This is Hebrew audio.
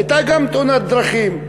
הייתה תאונת דרכים,